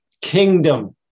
kingdom